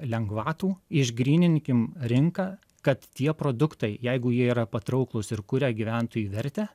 lengvatų išgryninkim rinką kad tie produktai jeigu jie yra patrauklūs ir kuria gyventojui vertę